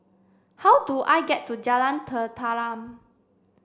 how do I get to Jalan Tenteram